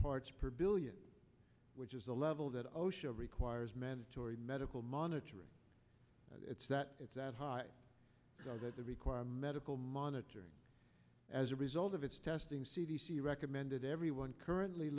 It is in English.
parts per billion which is a level that osha requires mandatory medical monitoring it's that it's that high that they require medical monitoring as a result of its testing c d c recommended everyone currently